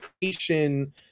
creation